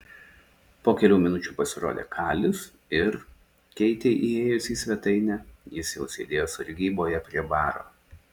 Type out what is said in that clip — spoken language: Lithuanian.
po kelių minučių pasirodė kalis ir keitei įėjus į svetainę jis jau sėdėjo sargyboje prie baro